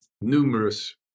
numerous